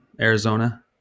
Arizona